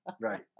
Right